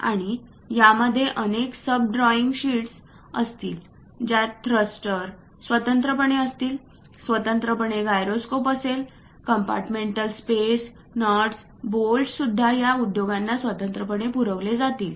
आणि यामध्ये अनेक सब ड्रॉईंग शीट्स असतील ज्यात थ्रस्टर स्वतंत्रपणे असतील स्वतंत्रपणे गायरोस्कोप असेल कंपार्टमेंटल स्पेस नट्स आणि बोल्ट सुद्धा या उद्योगांना स्वतंत्रपणे पुरवले जातील